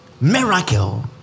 Miracle